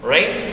Right